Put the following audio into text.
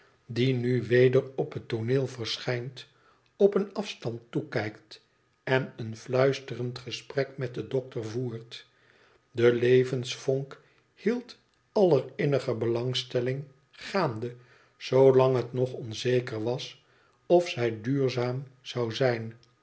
die nu weder op het tooneel verschijnt op een afistand toekijkt en een fluisterend gesprek met den dokter voert de levensvonk hield aller innige belangstelling gaande zoolang het nog on zeker was of zij duurzaam zou zijn